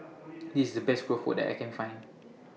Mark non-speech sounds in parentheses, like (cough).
(noise) This IS The Best Keropok that I Can Find